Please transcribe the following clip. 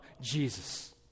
Jesus